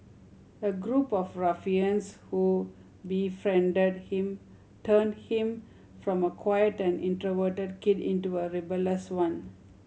a group of ruffians who befriended him turned him from a quiet and introverted kid into a rebellious one